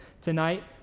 tonight